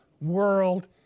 world